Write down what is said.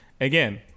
Again